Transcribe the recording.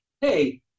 hey